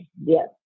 Yes